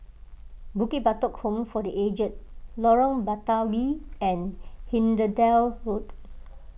Bukit Batok Home for the Aged Lorong Batawi and Hindhede Road